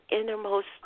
innermost